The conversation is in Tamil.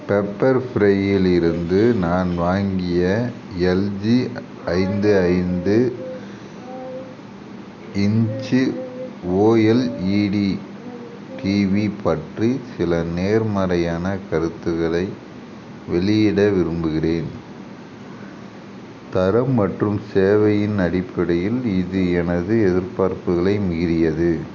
பெப்பர் ஃப்ரையிலிருந்து நான் வாங்கிய எல்ஜி ஐந்து ஐந்து இன்ச்சு ஓஎல்இடி டிவி பற்றி சில நேர்மறையான கருத்துகளை வெளியிட விரும்புகிறேன் தரம் மற்றும் சேவையின் அடிப்படையின் இது எனது எதிர்பார்ப்புகளை மீறியது